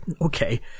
okay